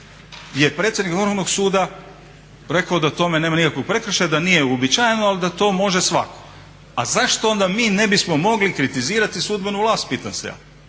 je predsjednik Vrhovnog suda rekao da u tome nema nikakvog prekršaja, da nije uobičajeno ali da to može svatko. A zašto onda mi ne bismo mogli kritizirati sudbenu vlast pitam se ja,